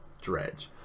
Dredge